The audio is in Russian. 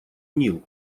нил